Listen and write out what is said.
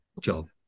job